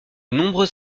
nombreux